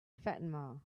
fatima